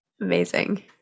Amazing